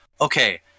okay